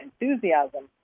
enthusiasm